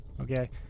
Okay